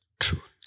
truth